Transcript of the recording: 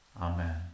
Amen